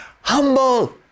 humble